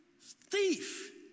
thief